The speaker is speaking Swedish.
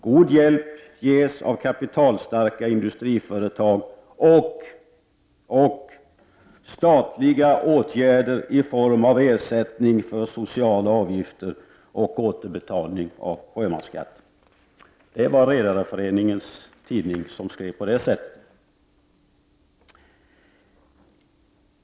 God hjälp ges av kapitalstarka industriföretag och statliga åtgärder i form av ersättning för sociala avgifter och återbetalning av sjömansskatt.” Så skrev Redareföreningens tidning.